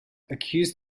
accused